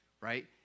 Right